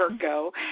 go